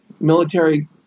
military